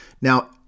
Now